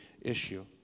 issue